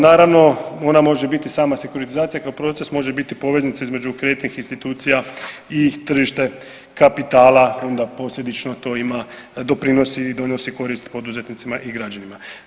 Naravno ona može biti sama sekuritizacija kao proces, može biti poveznica između kreditnih institucija i tržište kapitala onda posljedično to ima, doprinosi i donosi korist poduzetnicima i građanima.